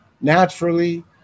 naturally